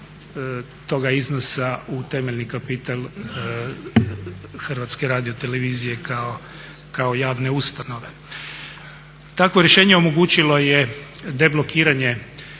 toga iznosa u temeljni kapital Hrvatske radiotelevizije kao javne ustanove. Takvo rješenje omogućilo je deblokiranje